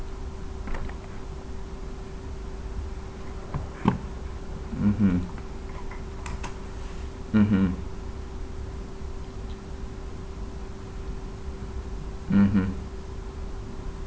mmhmm mmhmm mmhmm